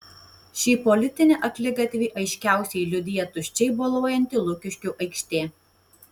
šį politinį akligatvį aiškiausiai liudija tuščiai boluojanti lukiškių aikštė